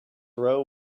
row